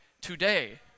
today